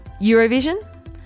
Eurovision